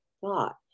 thought